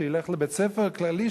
שילך לבית-ספר כללי,